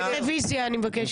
רוויזיה אני מבקשת.